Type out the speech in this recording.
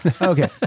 Okay